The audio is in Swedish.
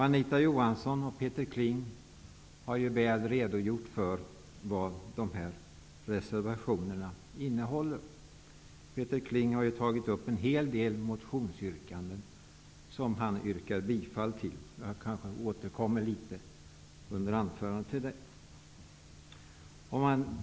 Anita Johansson och Peter Kling har redogjort väl för vad dessa reservationer innehåller. Peter Kling har tagit upp en hel del motionsyrkanden som han yrkar bifall till. Jag kanske återkommer litet till det under anförandet.